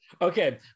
okay